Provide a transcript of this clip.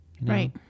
Right